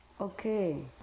Okay